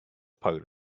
part